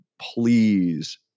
Please